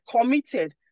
committed